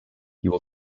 will